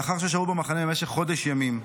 לאחר ששהו במחנה במשך חודש ימים,